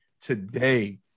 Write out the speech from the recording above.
today